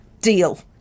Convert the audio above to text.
Deal